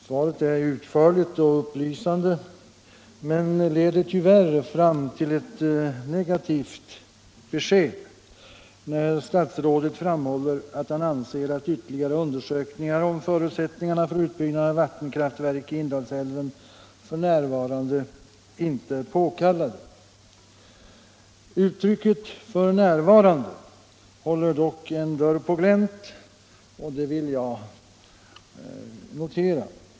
Svaret är utförligt och upplysande men leder tyvärr fram till ett negativt besked när statsrådet framhåller att han anser att ytterligare undersökningar om förutsättningarna för utbyggnad av vattenkraftverk i Indalsälven f. n. inte är påkallade. Uttrycket ”för närvarande” håller dock en dörr på glänt och det vill jag notera.